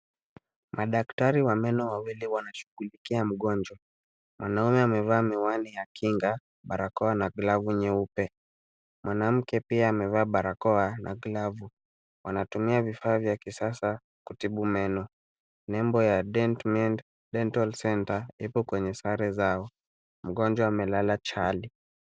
Madaktari wa meno wawili wanashughulikia mgonjwa. Mwanaume amevaa miwani ya kinga, barakoa na glavu nyeupe. Mwanamke pia amevaa barakoa na glavu. Wanatumia vifaa vya kisasa kutibu meno. Nembo ya Dentmed dental centre ipo kwenye sare zao. Mgonjwa amelala chaali.